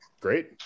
Great